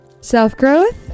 self-growth